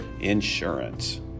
Insurance